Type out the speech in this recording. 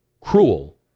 cruel